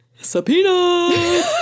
Subpoena